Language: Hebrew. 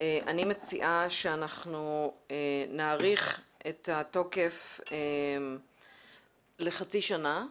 אני מציעה שאנחנו נאריך את התוקף לחצי שנה.